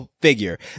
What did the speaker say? figure